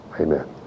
Amen